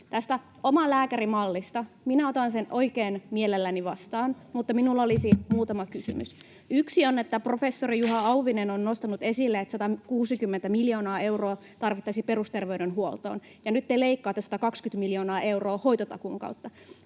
Tämän omalääkärimallin otan oikein mielelläni vastaan, mutta minulla olisi muutama kysymys: Yksi on, että professori Juha Auvinen on nostanut esille, että 160 miljoonaa euroa tarvittaisiin perusterveydenhuoltoon, ja nyt te leikkaatte 120 miljoonaa euroa hoitotakuun kautta.